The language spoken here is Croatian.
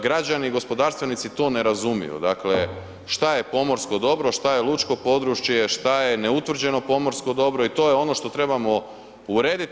Građani i gospodarstvenici to ne razumiju, dakle šta je pomorsko dobro, šta je lučko područje, šta je neutvrđeno pomorsko dobro i to je ono što trebamo urediti.